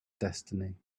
destiny